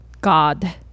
God